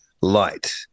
light